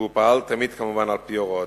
והוא פעל תמיד, כמובן, על-פי הוראותיהם.